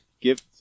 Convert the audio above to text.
Give